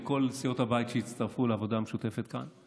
לכל סיעות הבית שהצטרפו לעבודה המשותפת כאן.